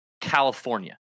California